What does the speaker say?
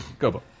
Gobo